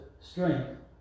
strength